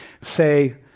say